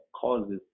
causes